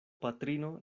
patrino